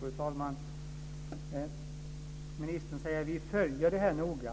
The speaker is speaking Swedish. Fru talman! Ministern säger: Vi följer detta noga.